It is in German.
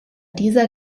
dieser